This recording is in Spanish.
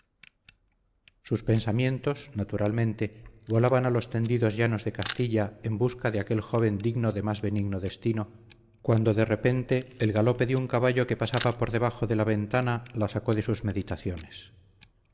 sus pensamientos naturalmente volaban a los tendidos llanos de castilla en busca de aquel joven digno de más benigno destino cuando de repente el galope de un caballo que pasaba por debajo de la ventana las sacó de sus meditaciones